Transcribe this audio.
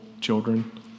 children